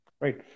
Right